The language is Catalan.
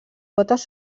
potes